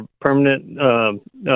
permanent